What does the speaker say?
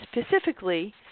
specifically